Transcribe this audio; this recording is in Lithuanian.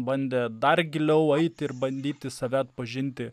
bandė dar giliau eiti ir bandyti save atpažinti